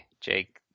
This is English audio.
Jake